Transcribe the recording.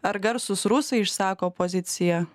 ar garsūs rusai išsako poziciją